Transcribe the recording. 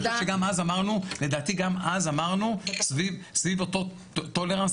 לדעתי גם אז אמרנו סביב אותו טולרנס,